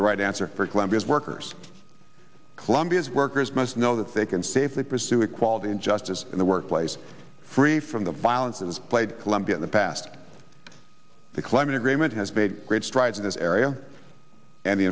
the right answer for columbia's workers colombia's workers must know that they can safely pursue equality and justice in the workplace free from the violence that has played colombia in the past the climate agreement has made great strides in this area and the